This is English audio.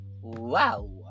Wow